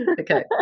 Okay